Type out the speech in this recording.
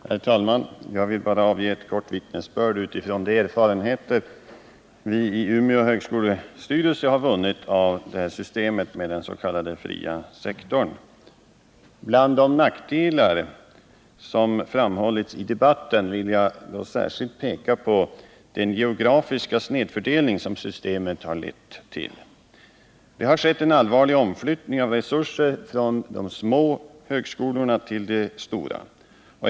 Herr talman! Jag vill bara avge ett kort vittnesbörd utifrån de erfarenheter vi i Umeå högskolestyrelse har vunnit av systemet med den s.k. fria sektorn. Bland de nackdelar som har förts fram här i debatten vill jag särskilt peka på den geografiska snedfördelning som systemet lett till. Det har skett en allvarlig omflyttning av resurser från de små högskolorna till de stora.